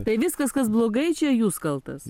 tai viskas kas blogai čia jūs kaltas